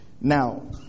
Now